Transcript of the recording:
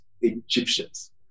Egyptians